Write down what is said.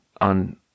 on